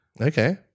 Okay